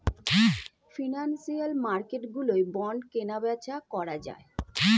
financial মার্কেটগুলোয় bond কেনাবেচা করা যায়